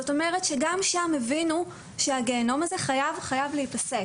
זאת אומרת שגם שם הבינו שהגיהינום הזה חייב להיפסק.